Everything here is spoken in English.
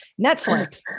Netflix